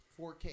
4K